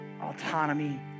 autonomy